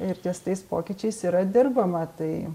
ir ties tais pokyčiais yra dirbama tai